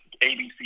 ABC